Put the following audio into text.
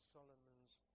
Solomon's